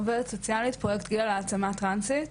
עובדת סוציאלית בפרויקט גילה להעצמה טרנסית,